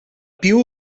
più